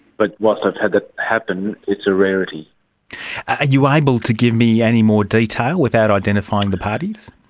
but whilst i've had that happen, it's a rarity. are you able to give me any more detail without identifying the parties?